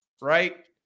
right